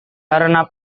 karena